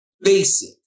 basic